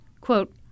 quote